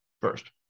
first